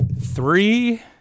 three